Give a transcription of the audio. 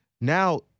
Now